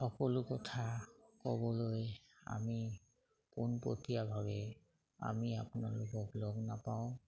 সকলো কথা ক'বলৈ আমি পোনপতীয়াভাৱে আমি আপোনালোক লগ নাপাওঁ